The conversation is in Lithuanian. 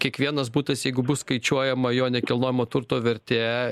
kiekvienas butas jeigu bus skaičiuojama jo nekilnojamojo turto vertė